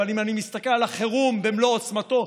אבל אם אני מסתכל על החירום במלוא עוצמתו,